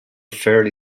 fairly